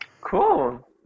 Cool